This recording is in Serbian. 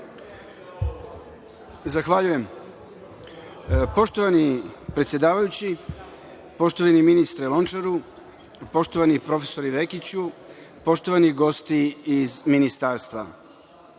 Zahvaljujem. Poštovani predsedavajući, poštovani ministre Lončaru, poštovani profesore Lekiću, poštovani gosti iz Ministarstva,